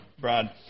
Brad